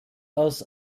aus